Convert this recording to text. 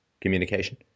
communication